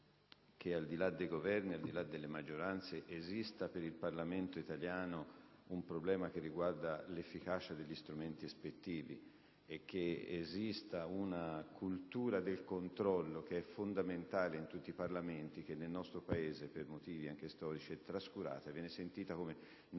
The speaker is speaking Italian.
che, al di là dei Governi e delle maggioranze, esista per il Parlamento italiano un problema che riguarda l'efficacia degli strumenti ispettivi e che esista una cultura del controllo, che è fondamentale in tutti i Parlamenti, che nel nostro Paese, per motivi anche storici, è trascurata e sentita come